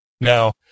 Now